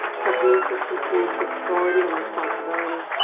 technique is confused with authority and responsibility,